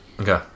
Okay